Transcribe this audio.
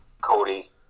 Cody